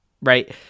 right